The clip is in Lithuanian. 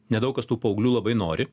nedaug kas tų paauglių labai nori